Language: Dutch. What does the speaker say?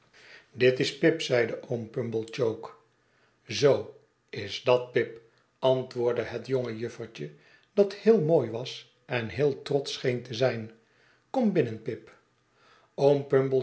dit is pip zeide oom pumblechook zoo is dat pip antwoordde het jonge juffertje dat heel mooi was en heel trotsch scheen te zijn kom binnen pip